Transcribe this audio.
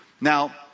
Now